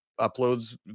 uploads